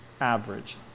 average